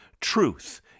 truth